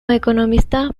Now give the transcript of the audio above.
economista